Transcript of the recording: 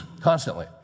Constantly